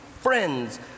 friends